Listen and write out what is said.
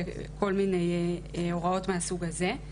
כל מיני הוראות מהסוג הזה.